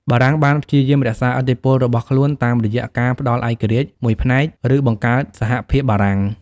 បារាំងបានព្យាយាមរក្សាឥទ្ធិពលរបស់ខ្លួនតាមរយៈការផ្ដល់ឯករាជ្យមួយផ្នែក ឬបង្កើតសហភាពបារាំង ។